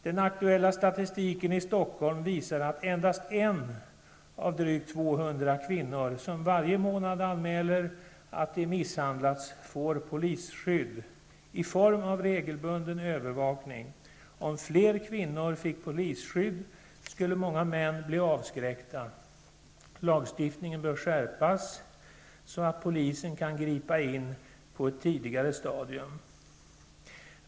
Den aktuella statistiken i Stockholm visar att endast en av drygt 200 kvinnor som varje månad anmäler att de misshandlats får polisskydd i form av regelbunden övervakning. Om fler kvinnor fick polisskydd skulle många män bli avskräckta. Lagstiftningen bör skärpas så att polisen kan gripa in på ett tidigare stadium.